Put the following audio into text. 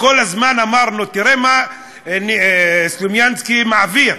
וכל הזמן אמרנו: תראה מה סלומינסקי מעביר,